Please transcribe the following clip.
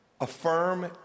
affirm